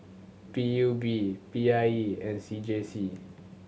P U B P I E and C J C